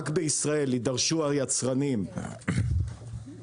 רק בישראל יידרשו היצרנים והיבואנים